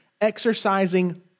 Exercising